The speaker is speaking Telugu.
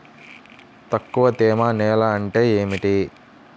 తక్కువ తేమ నేల అంటే ఏమిటి?